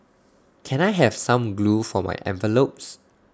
can I have some glue for my envelopes